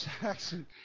Saxon